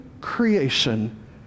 creation